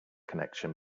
connection